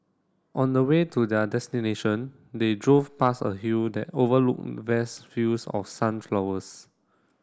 on the way to their destination they drove past a hill that overlooked vast fields of sunflowers